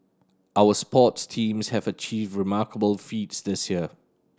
our sports teams have achieved remarkable feats this year